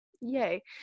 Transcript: Yay